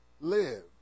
live